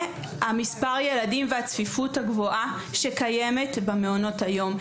ו-ג' מספר הילדים והצפיפות הגבוהה שקיימת במעונות היום.